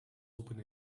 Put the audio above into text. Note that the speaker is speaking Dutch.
roepen